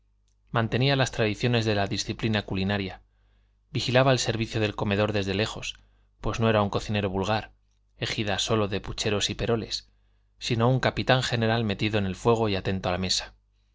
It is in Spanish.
mantenía las tradiciones de la disciplina culinaria vigilaba el servicio del comedor desde lejos pues no era un cocinero vulgar egida sólo de pucheros y peroles sino un capitán general metido en el fuego y atento a la mesa